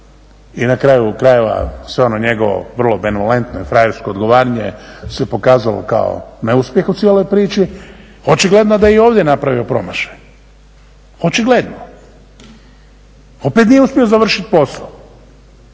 I na kraju krajeva, sve ono njegovo vrlo benevolentno i frajersko odgovaranje se pokazalo kao neuspjeh u cijeloj priči. Očigledno da je i ovdje napravio promašaj, očigledno. Opet nije uspio završit posao,